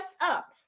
up